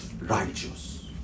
righteous